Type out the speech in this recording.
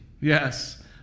Yes